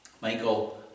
michael